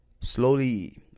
slowly